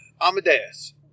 Amadeus